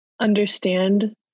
understand